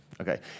Okay